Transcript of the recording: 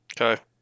Okay